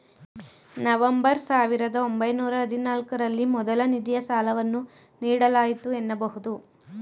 November ಸಾವಿರದ ಒಂಬೈನೂರ ಹದಿನಾಲ್ಕು ರಲ್ಲಿ ಮೊದಲ ನಿಧಿಯ ಸಾಲವನ್ನು ನೀಡಲಾಯಿತು ಎನ್ನಬಹುದು